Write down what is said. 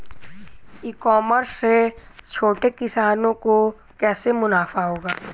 ई commerce से छोटे किसानों को कैसे मुनाफा होगा?